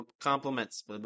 compliments